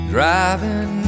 Driving